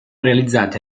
realizzati